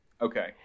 Okay